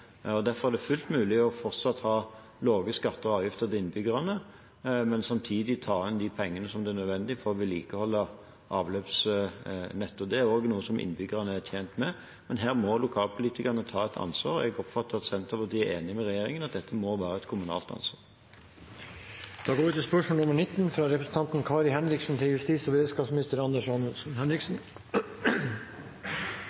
og derfor er det fullt mulig fortsatt å ha lave skatter og avgifter for innbyggerne, men samtidig ta inn så mye penger som nødvendig for å vedlikeholde avløpsnettet. Det er også noe som innbyggerne er tjent med. Men her må lokalpolitikerne ta et ansvar, og jeg oppfatter at Senterpartiet er enig med regjeringen i at dette må være et kommunalt ansvar. Vi går så til spørsmål 19.